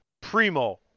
primo